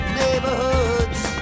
neighborhoods